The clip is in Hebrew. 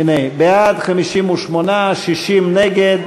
בעד, 58, 60 נגד.